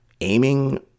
Aiming